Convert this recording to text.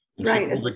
Right